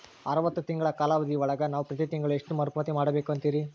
ಅರವತ್ತು ತಿಂಗಳ ಕಾಲಾವಧಿ ಒಳಗ ನಾವು ಪ್ರತಿ ತಿಂಗಳು ಎಷ್ಟು ಮರುಪಾವತಿ ಮಾಡಬೇಕು ಅಂತೇರಿ?